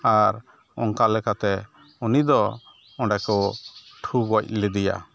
ᱟᱨ ᱚᱱᱠᱟ ᱞᱮᱠᱟᱛᱮ ᱩᱱᱤᱫᱚ ᱚᱸᱰᱮᱠᱚ ᱴᱷᱩ ᱜᱚᱡᱞᱮᱫᱮᱭᱟ